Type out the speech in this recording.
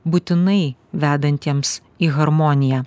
būtinai vedantiems į harmoniją